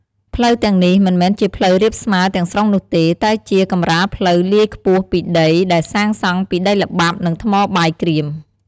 ផ្លូវទាំងនោះមិនមែនជាផ្លូវរាបស្មើទាំងស្រុងនោះទេ តែជា កម្រាលផ្លូវលយខ្ពស់ពីដី ដែលសាងសង់ពីដីល្បាប់ និងថ្មបាយក្រៀម។